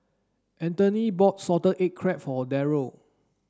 Anthoney bought salted egg crab for Derald